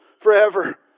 forever